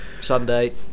Sunday